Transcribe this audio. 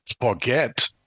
forget